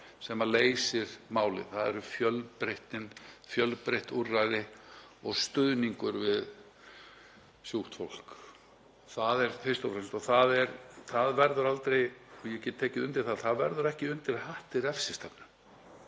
sem leysir málið. Það er fjölbreytnin, fjölbreytt úrræði og stuðningur við sjúkt fólk. Það er fyrst og fremst það og ég get tekið undir að það verður ekki undir hatti refsistefnu.